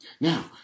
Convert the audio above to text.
Now